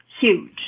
huge